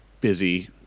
busy